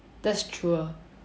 that's true ah